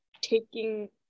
Taking